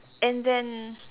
and then